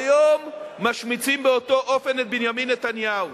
היום משמיצים באותו אופן את בנימין נתניהו.